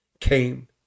came